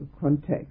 context